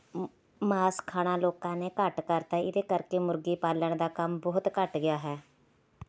ਮਾਸ ਖਾਣਾ ਲੋਕਾਂ ਨੇ ਘੱਟ ਕਰ ਦਿੱਤਾ ਇਹਦੇ ਕਰਕੇ ਮੁਰਗੇ ਪਾਲ਼ਣ ਦਾ ਕੰਮ ਬਹੁਤ ਘੱਟ ਗਿਆ ਹੈ